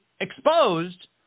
exposed